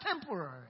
temporary